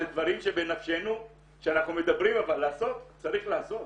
זה דברים שבנפשנו שאנחנו מדברים אבל לעשות צריך לעשות.